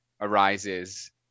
arises